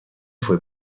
fue